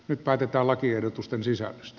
nyt päätetään lakiehdotusten sisällöstä